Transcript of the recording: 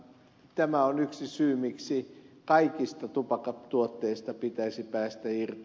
tämä on yksi syy miksi kaikista tupakkatuotteista pitäisi päästä irti